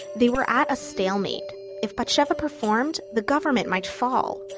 they were at a stalemate if batsheva performed, the government might fall.